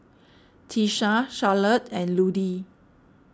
Tisha Charlotte and Ludie